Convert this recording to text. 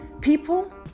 people